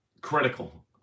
critical